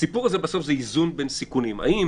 הסיפור הזה בסוף זה איזון בין סיכונים, האם